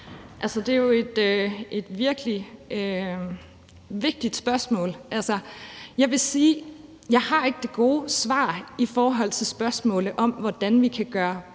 Det er jo virkelig et vigtigt spørgsmål. Jeg vil sige, at jeg ikke har det gode svar i forhold til spørgsmålet om, hvordan vi kan gøre